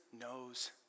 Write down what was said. knows